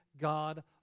God